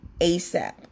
ASAP